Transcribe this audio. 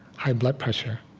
high blood pressure